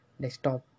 desktop